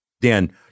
Dan